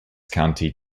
county